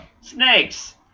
Snakes